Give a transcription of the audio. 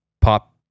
pop